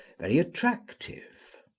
very attractive.